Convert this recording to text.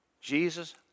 Jesus